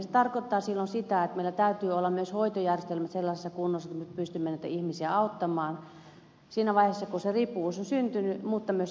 se tarkoittaa silloin sitä että meillä täytyy olla myös hoitojärjestelmät sellaisessa kunnossa että me pystymme näitä ihmisiä auttamaan siinä vaiheessa kun se riippuvuus on syntynyt mutta myös sitten ennalta ehkäisevästi